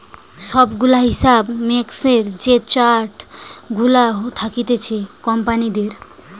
সব গুলা হিসাব মিক্সের যে চার্ট গুলা থাকতিছে কোম্পানিদের